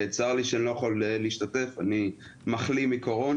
צר לי שאני לא יכול להשתתף, אני מחלים מקורונה.